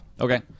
Okay